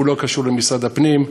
הוא לא קשור למשרד הפנים,